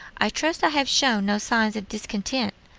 i trust i have shown no signs of discontent.